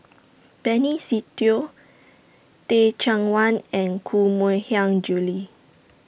Benny Se Teo Teh Cheang Wan and Koh Mui Hiang Julie